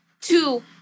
Two